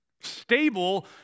Stable